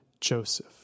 Joseph